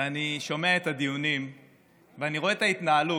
אני שומע את הדיונים ואני רואה את ההתנהלות.